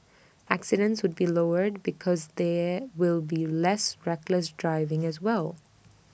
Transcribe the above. accidents would be lowered because there will be less reckless driving as well